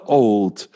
old